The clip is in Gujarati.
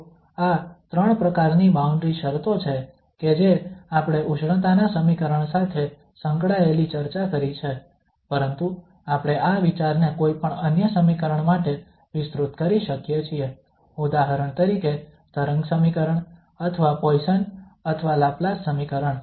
તો આ ત્રણ પ્રકારની બાઉન્ડ્રી શરતો છે કે જે આપણે ઉષ્ણતાના સમીકરણ સાથે સંકળાયેલી ચર્ચા કરી છે પરંતુ આપણે આ વિચારને કોઈપણ અન્ય સમીકરણ માટે વિસ્તૃત કરી શકીએ છીએ ઉદાહરણ તરીકે તરંગ સમીકરણ અથવા પોઇસન અથવા લાપ્લાસ સમીકરણ